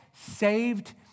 Saved